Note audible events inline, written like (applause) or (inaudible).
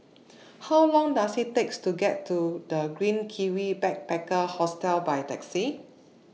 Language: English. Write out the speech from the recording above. (noise) (noise) How Long Does IT takes to get to The Green Kiwi Backpacker Hostel By Taxi